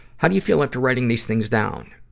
how do you feel after writing these things down?